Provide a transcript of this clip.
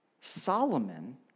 Solomon